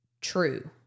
true